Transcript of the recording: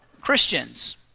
Christians